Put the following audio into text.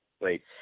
Wait